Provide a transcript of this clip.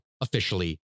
officially